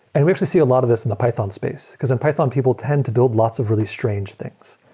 and we actually see a lot of this in the python space, because in python people tend to build lots of really strange things.